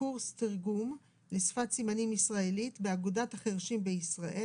קורס תרגום לשפת סימנים ישראלית באגודת החירשים בישראל"